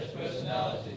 personality